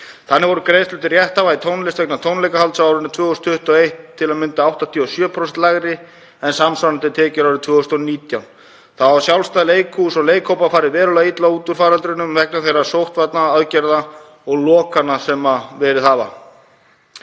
Þannig voru greiðslur til rétthafa í tónlist vegna tónleikahalds á árinu 2021 til að mynda 87% lægri en samsvarandi tekjur árið 2019. Þá hafa sjálfstæð leikhús og leikhópar farið verulega illa út úr faraldrinum vegna þeirra sóttvarnaaðgerða og lokana sem verið hafa.